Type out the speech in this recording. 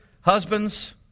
Husbands